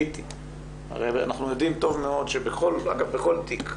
אנחנו יודעים טוב מאוד שבכל תיק,